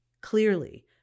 clearly